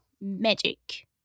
Magic